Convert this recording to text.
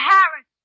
Harris